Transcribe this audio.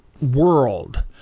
world